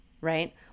right